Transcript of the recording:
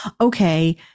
okay